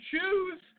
choose